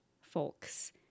folks